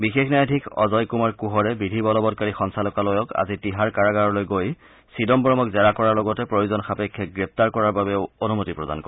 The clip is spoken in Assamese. বিশেষ ন্যায়াধীশ অজয় কুমাৰ কুহৰে বিধি বলবৎকাৰী সঞালকালয়ক আজি তিহাৰ কাৰাগাৰলৈ গৈ চিদাম্বৰমক জেৰা কৰাৰ লগতে প্ৰয়োজন সাপেক্ষে গ্ৰেপ্তাৰ কৰাৰ বাবেও অনুমতি প্ৰদান কৰে